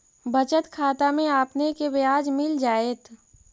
बचत खाता में आपने के ब्याज मिल जाएत